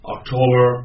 October